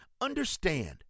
Understand